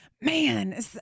man